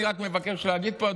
אני רק מבקש להגיד פה,